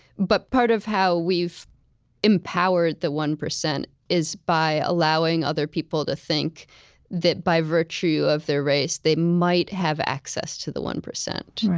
but part of how we've empowered the one percent is by allowing other people to think that by virtue of their race, they might have access to the one percent,